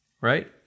right